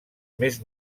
més